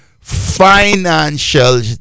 financial